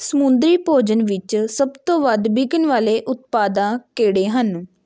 ਸਮੁੰਦਰੀ ਭੋਜਨ ਵਿੱਚ ਸੱਭ ਤੋਂ ਵੱਧ ਵਿਕਨ ਵਾਲੇ ਉਤਪਾਦਾਂ ਕਿਹੜੇ ਹਨ